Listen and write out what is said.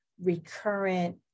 recurrent